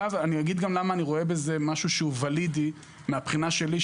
אגיד למה אני רואה בזה משהו שהוא ואלידי מן הבחינה שלי,